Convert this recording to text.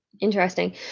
Interesting